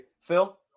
Phil